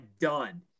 done